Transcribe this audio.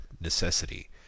necessity